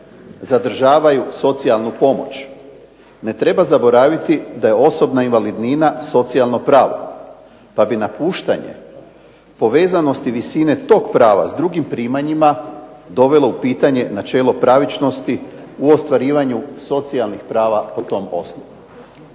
zadržavaju socijalnu pomoć. Ne treba zaboraviti da je osobna invalidnina socijalno pravo pa bi napuštanje povezanosti visine tog prava s drugim primanjima dovelo u pitanje načelo pravičnosti u ostvarivanju socijalnih prava po tom osnovu.